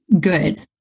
good